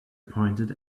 pointed